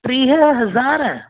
टीह हज़ार